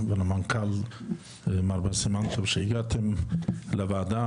גם ב"ברזילי" וגם ב"וולפסון"